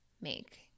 make